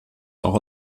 auch